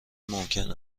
ممکن